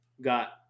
got